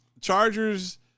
Chargers